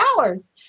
hours